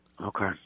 Okay